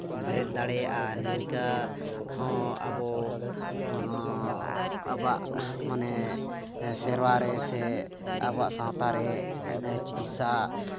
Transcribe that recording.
ᱵᱮᱨᱮᱫ ᱫᱟᱲᱮᱭᱟᱜᱼᱟ ᱱᱤᱝᱠᱟᱹ ᱦᱚᱸ ᱟᱵᱚ ᱟᱵᱚᱣᱟᱜ ᱢᱟᱱᱮ ᱥᱮᱨᱣᱟ ᱨᱮᱥᱮ ᱟᱵᱚᱣᱟᱜ ᱥᱟᱶᱛᱟ ᱨᱮ ᱦᱮᱸ ᱪᱤᱠᱤᱛᱥᱟ